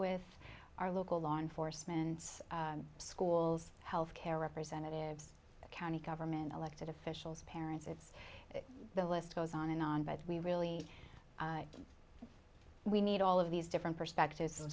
with our local law enforcement and schools health care representatives county government elected officials parents it's the list goes on and on but we really we need all of these different perspectives